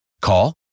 Call